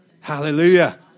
Hallelujah